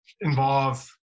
involve